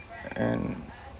and